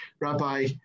Rabbi